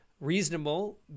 Reasonable